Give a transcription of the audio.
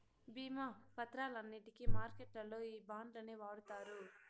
భీమా పత్రాలన్నింటికి మార్కెట్లల్లో ఈ బాండ్లనే వాడుతారు